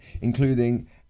including